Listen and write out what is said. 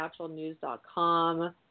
naturalnews.com